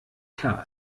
klar